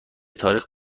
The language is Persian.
تاریخ